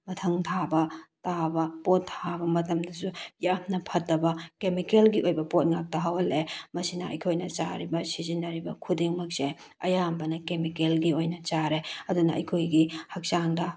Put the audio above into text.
ꯃꯊꯪ ꯊꯥꯕ ꯇꯥꯕ ꯄꯣꯠ ꯊꯥꯕ ꯃꯇꯝꯗꯁꯨ ꯌꯥꯝꯅ ꯐꯠꯇꯕ ꯀꯦꯃꯤꯀꯦꯜꯒꯤ ꯑꯣꯏꯕ ꯄꯣꯠ ꯉꯥꯛꯇ ꯍꯧꯍꯜꯂꯛꯑꯦ ꯃꯁꯤꯅ ꯑꯩꯈꯣꯏꯅ ꯆꯔꯤꯕ ꯁꯤꯖꯤꯟꯅꯔꯤꯕ ꯈꯨꯗꯤꯡꯃꯛꯁꯦ ꯑꯌꯥꯝꯕꯅ ꯀꯦꯃꯤꯀꯦꯜꯒꯤ ꯑꯣꯏꯅ ꯆꯥꯔꯦ ꯑꯗꯨꯅ ꯑꯩꯈꯣꯏꯒꯤ ꯍꯛꯆꯥꯡꯗ